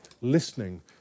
listening